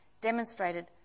demonstrated